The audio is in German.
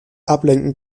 ablenken